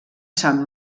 sant